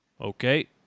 Okay